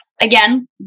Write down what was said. Again